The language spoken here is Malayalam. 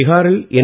ബിഹാറിൽ എൻ